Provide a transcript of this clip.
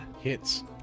Hits